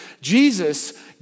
Jesus